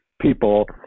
people